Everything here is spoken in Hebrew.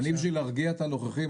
אני בשביל להרגיע את הנוכחים,